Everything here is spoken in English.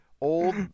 old